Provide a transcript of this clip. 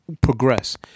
progress